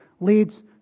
leads